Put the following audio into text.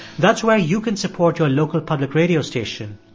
that's where you can support your local public radio station,